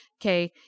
okay